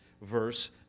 verse